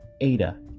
ADA